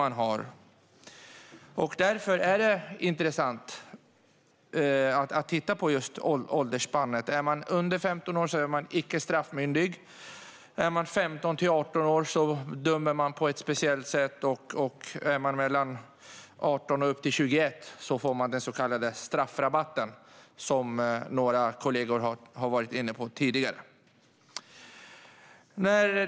Det är därför intressant att titta på just åldersspannet. Om de är under 15 år är de icke straffmyndiga. Är de 15-18 år dömer man på ett speciellt sätt. Är de 18-21 år får de den så kallade straffrabatten, som några kollegor har varit inne på tidigare.